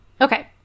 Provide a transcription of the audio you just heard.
Okay